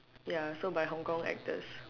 ya so by Hong-Kong actors